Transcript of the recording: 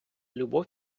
любов